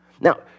Now